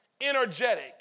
energetic